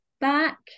back